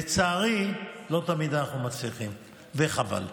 לצערי, לא תמיד אנחנו מצליחים, וחבל.